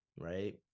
Right